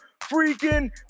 freaking